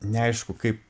neaišku kaip